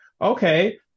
okay